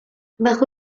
bajo